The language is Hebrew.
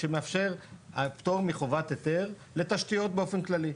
שמאפשר פטור מחובת היתר לתשתיות באופן כללי.